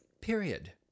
period